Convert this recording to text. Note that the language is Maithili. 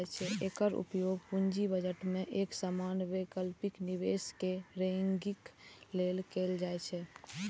एकर उपयोग पूंजी बजट मे एक समान वैकल्पिक निवेश कें रैंकिंग लेल कैल जाइ छै